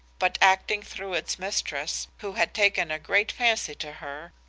but acting through its mistress who had taken a great fancy to her,